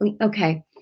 Okay